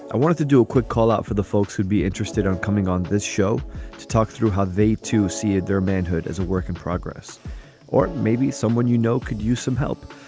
i wanted to do a quick call out for the folks who'd be interested in coming on this show to talk through how they to see if their manhood as a work in progress or maybe someone, you know, could use some help.